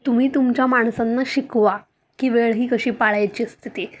तुम्ही तुमच्या माणसांना शिकवा की वेळ ही कशी पाळायची असते ती